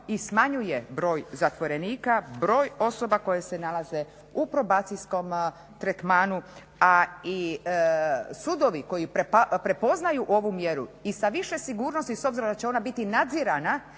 i smanjuje broj zatvorenika, broj osoba koje se nalaze u probacijskom tretmanu a i sudovi koji prepoznaju ovu mjeru i sa više sigurnosti s obzirom da će ona biti nadzirana